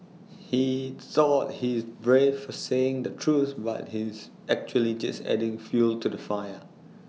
he thought he's brave for saying the truth but he's actually just adding fuel to the fire